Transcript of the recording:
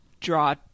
draw